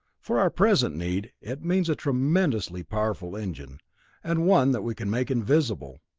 for our present need, it means a tremendously powerful engine and one that we can make invisible.